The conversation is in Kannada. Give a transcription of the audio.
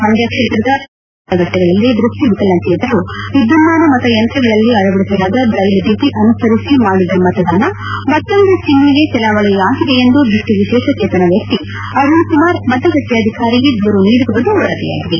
ಮಂಡ್ಕ ಕ್ಷೇತ್ರದ ಬಸರಾಳು ಕದಬಳ್ಳಿ ಮತಗಟ್ಟಿಗಳಲ್ಲಿ ದೃಷ್ಟಿ ವಿಶೇಷಚೇತನರು ವಿದ್ಯುನ್ಮಾನ ಮತಯಂತ್ರಗಳಲ್ಲಿ ಅಳವಡಿಸಲಾದ ಬ್ರೈಲ್ ಲಿಖಿ ಅನುಸರಿಸಿ ಮಾಡಿದ ಮತದಾನ ಮತ್ತೊಂದು ಚಿನ್ನೆಗೆ ಚಲಾವಣೆಯಾಗಿದೆ ಎಂದು ದ್ಯಸ್ಟಿ ವಿಶೇಷಚೇತನ ವ್ಯಕ್ತಿ ಅರುಣ್ ಕುಮಾರ್ ಮತಗಟ್ಟೆ ಅಧಿಕಾರಿಗೆ ದೂರು ನೀಡಿರುವುದು ವರದಿಯಾಗಿದೆ